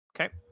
Okay